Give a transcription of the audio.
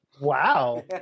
Wow